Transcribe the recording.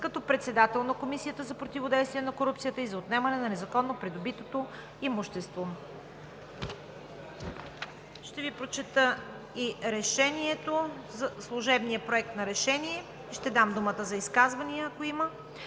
– председател на Комисията за противодействие на корупцията и за отнемане на незаконно придобитото имущество.“